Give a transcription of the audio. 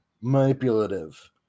manipulative